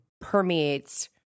permeates